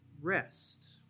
Rest